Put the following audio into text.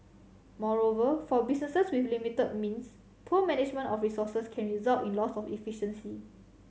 moreover for businesses with limited means poor management of resources can result in loss of efficiency